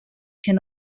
can